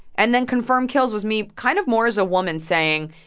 and then confirmed kills was me kind of more as a woman saying,